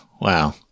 Wow